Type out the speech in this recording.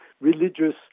religious